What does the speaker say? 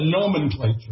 nomenclature